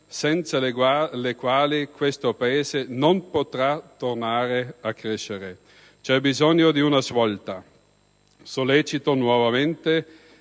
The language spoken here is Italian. senza le quali questo Paese non potrà tornare a crescere. C'è bisogno di una svolta. Sollecito nuovamente